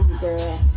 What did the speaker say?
girl